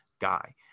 guy